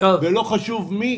ולא חשוב מי,